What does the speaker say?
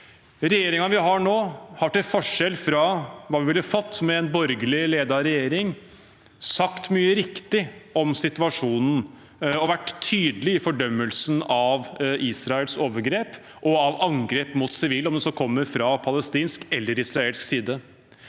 Regjeringen vi har nå, har – til forskjell fra hva vi ville fått med en borgerlig ledet regjering – sagt mye riktig om situasjonen og vært tydelig i fordømmelsen av Israels overgrep og av angrep mot sivile, om det kommer fra palestinsk eller fra israelsk side.